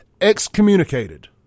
excommunicated